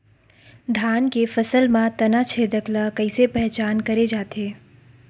धान के फसल म तना छेदक ल कइसे पहचान करे जाथे?